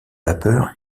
vapeur